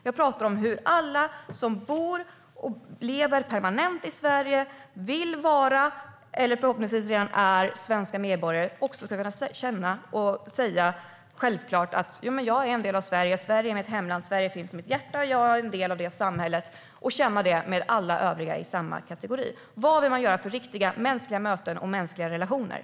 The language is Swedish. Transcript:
Jag pratar om hur alla som bor permanent i Sverige och vill vara eller förhoppningsvis redan är svenska medborgare också ska kunna känna och säga att de självklart är en del av Sverige, att Sverige är deras hemland, att Sverige finns i deras hjärta och att de är en del av samhället - känna det tillsammans med alla övriga i samma kategori. Vad vill man göra för de riktiga mänskliga mötena och mänskliga relationerna?